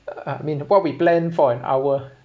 I I I mean what we plan for an hour